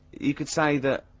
you can say that,